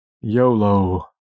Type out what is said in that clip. yolo